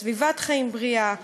על סביבת חיים בריאה,